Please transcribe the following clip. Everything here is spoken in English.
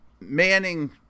Manning